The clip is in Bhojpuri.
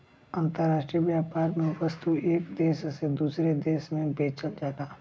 अंतराष्ट्रीय व्यापार में वस्तु एक देश से दूसरे देश में बेचल जाला